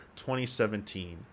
2017